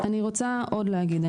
אני רוצה עוד להגיד,